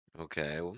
Okay